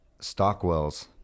Stockwell's